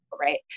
right